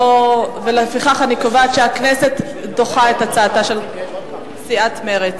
לפיכך אני קובעת שהכנסת דוחה את הצעתה של סיעת מרצ.